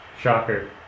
Shocker